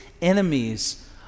enemies